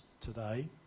today